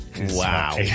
Wow